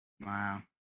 Wow